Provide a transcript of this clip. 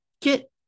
get